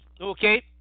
Okay